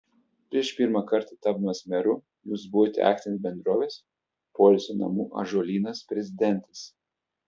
prieš pirmą kartą tapdamas meru jūs buvote akcinės bendrovės poilsio namų ąžuolynas prezidentas